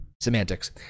semantics